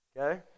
okay